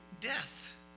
death